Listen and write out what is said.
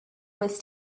was